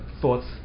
thoughts